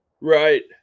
Right